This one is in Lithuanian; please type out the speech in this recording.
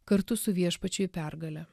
kartu su viešpačiu į pergalę